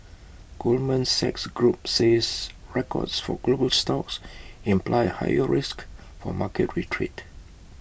Goldman Sachs group says records for global stocks imply A higher risk for market retreat